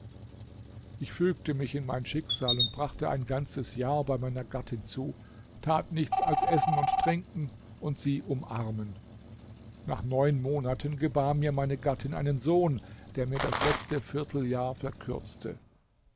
ich fügte mich in mein schicksal und brachte ein ganzes jahr bei meiner gattin zu tat nichts als essen und trinken und sie umarmen nach neun monaten gebar mir meine gattin einen sohn der mir das letzte vierteljahr verkürzte